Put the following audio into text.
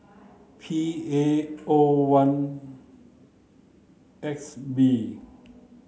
P A O one X B